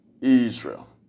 Israel